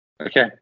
Okay